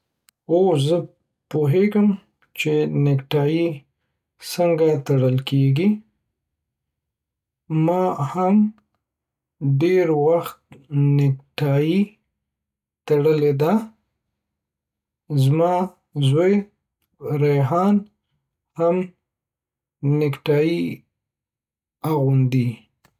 او زه پوهیږم چی نیکټایی سنګه ټړل کیږی، ما هم ډیر وخت نیکټای تړلی د، زما ځوی ریحان هم نیکټای اغوندی